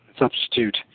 substitute